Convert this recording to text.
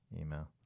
email